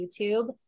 YouTube